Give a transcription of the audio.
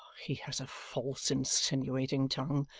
he has a false insinuating tongue.